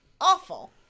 Awful